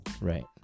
Right